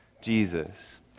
Jesus